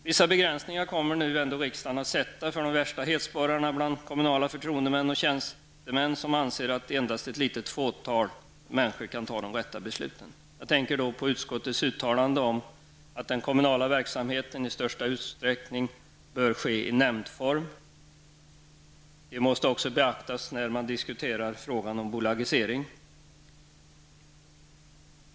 Riksdagen kommer ändå att sätta vissa begränsningar för de värsta hetssporrarna bland kommunala förtroendemän och tjänstemän, som anser att endast ett litet fåtal människor kan fatta de rätta besluten. Jag tänker då på utskottets uttalande om att den kommunala verksamheten i största utsträckning bör ske i nämndform. Det måste också beaktas när man diskuterar frågan om bolagisering.